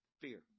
fear